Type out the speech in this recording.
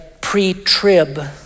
pre-trib